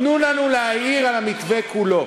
תנו לנו להעיר על המתווה כולו,